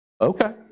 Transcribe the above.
Okay